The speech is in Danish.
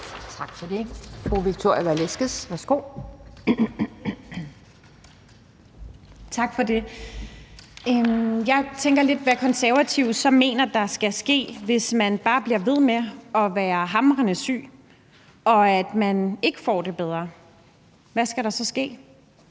værsgo. Kl. 12:08 Victoria Velasquez (EL): Tak for det. Jeg tænker lidt: Hvad mener Konservative så der skal ske, hvis man bare bliver ved med at være hamrende syg og ikke får det bedre? Hvad skal der så ske? Kl. 12:08 Anden